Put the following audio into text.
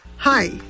Hi